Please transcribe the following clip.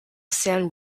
san